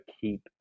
keep